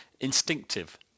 instinctive